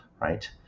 right